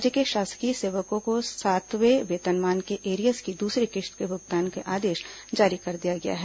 राज्य के शासकीय सेवकों को सातवें वेतनमान के एरियर्स की दूसरी किश्त के भुगतान का आदेश जारी कर दिया गया है